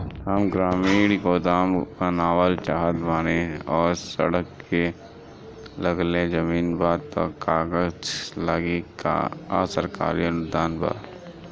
हम ग्रामीण गोदाम बनावल चाहतानी और सड़क से लगले जमीन बा त का कागज लागी आ सरकारी अनुदान बा का?